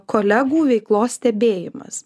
kolegų veiklos stebėjimas